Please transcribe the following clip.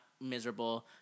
miserable